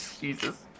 Jesus